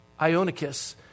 Ionicus